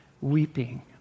weeping